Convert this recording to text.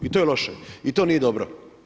I to je loše, i to nije dobro.